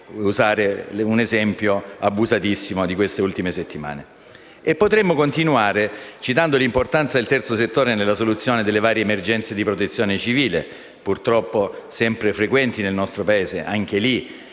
usare un esempio abusatissimo delle ultime settimane). E potremmo continuare citando l'importanza del terzo settore nella soluzione delle varie emergenze di protezione civile, purtroppo sempre frequenti nel nostro Paese; anche in